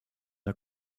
der